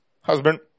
husband